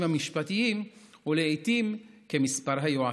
המשפטיים הוא לעיתים כמספר היועצים.